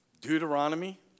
Deuteronomy